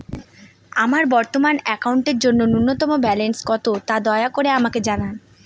আমার বর্তমান অ্যাকাউন্টের জন্য ন্যূনতম ব্যালেন্স কত, তা দয়া করে আমাকে জানান